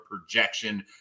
projection